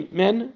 men